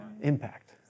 Impact